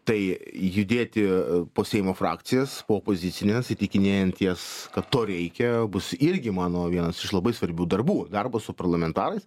tai judėti a po seimo frakcijas po opozicines įtikinėjant jas kad to reikia bus irgi mano vienas iš labai svarbių darbų darbo su parlamentarais